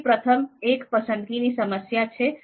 તેથી પ્રથમ એક પસંદગીની સમસ્યા છે